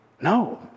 no